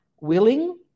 willing